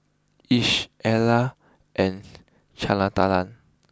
Lish Ella and